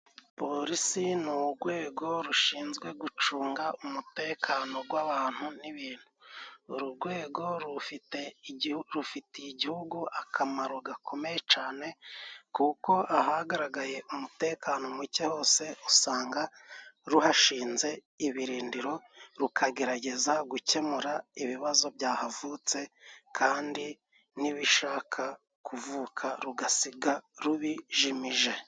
Polisi ni ugwego rushinzwe gucunga umutekano gw'abantu n'ibintu. Uru gwego rufitiye igihugu akamaro gakomeye cane, kuko ahagaragaye umutekano muke hose usanga ruhashinze ibirindiro, rukagerageza gukemura ibibazo byahavutse, kandi n'ibishaka kuvuka rugasiga rubijimije.